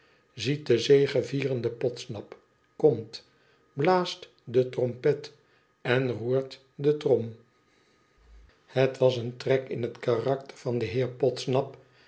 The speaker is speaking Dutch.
ziet de zegevierende podsnap komt blaast de trompet en roert de trom het was een trek in het karakter van den heer podsnap